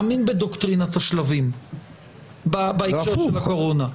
מאמין בדוקטרינת השלבים בהקשר של הקורונה.